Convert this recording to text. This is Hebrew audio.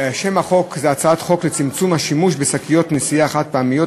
הצעת חוק לצמצום השימוש בשקיות נשיאה חד-פעמיות,